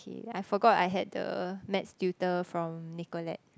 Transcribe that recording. okay I forgot I had the maths tutor from Nicolette